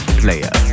player